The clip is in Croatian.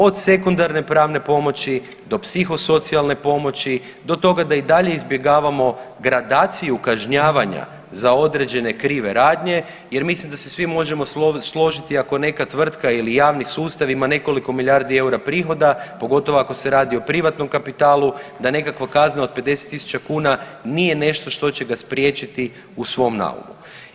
Od sekundarne pravne pomoći do psihosocijalne pomoći, do toga da i dalje izbjegavamo gradaciju kažnjavanja za određene krive radnje jer mislim da se svi možemo složiti ako neka tvrtka ili javni sustav ima nekoliko milijardi eura prihoda, pogotovo ako se radi o privatnom kapitalu, da nekakva kazna od 50.000 kuna nije nešto što će ga spriječiti u svom naumu.